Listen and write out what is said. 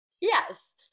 Yes